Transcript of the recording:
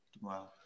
Wow